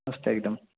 मस्त एकदम